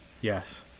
Yes